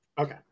Okay